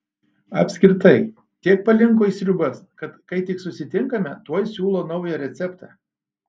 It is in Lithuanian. apskritai tiek palinko į sriubas kad kai tik susitinkame tuoj siūlo naują receptą